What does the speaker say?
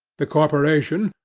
the corporation,